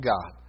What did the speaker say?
God